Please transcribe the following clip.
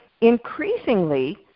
increasingly